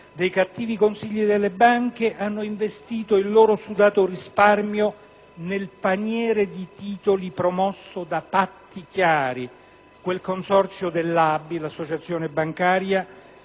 dei cattivi consigli delle banche, hanno investito il loro sudato risparmio nel paniere di titoli promosso da Patti chiari, il consorzio dell'ABI (Associazione bancaria